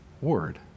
Word